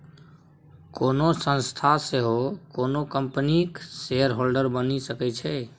कोनो संस्था सेहो कोनो कंपनीक शेयरहोल्डर बनि सकै छै